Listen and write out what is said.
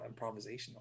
improvisational